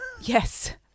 Yes